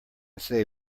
say